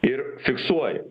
ir fiksuoja